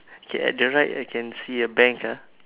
k at the right I can see a bank ah